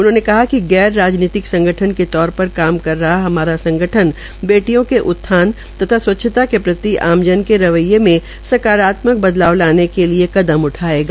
उन्होंने कहा कि गैर राजनीतिक संगठन के तौर पर काम कर रहा हमारा संगठन बेटियों के उत्थान तथा स्वच्छता के प्रति आम जन के रूपये में साकारात्मक बदलाव लाने के लिए कदम उठायेगा